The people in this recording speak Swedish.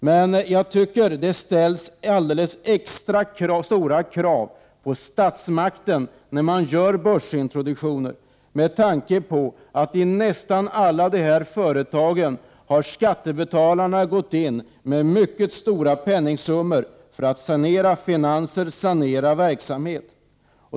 Men jag tycker att det bör ställas extra stora krav när statsmakten gör börsintroduktioner, med tanke på att skattebetalarna i nästan alla de här företagen har gått in med mycket stora penningsummor, för att sanera finanser och sanera verksamhet.